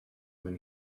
when